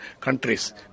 countries